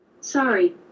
Sorry